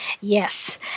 Yes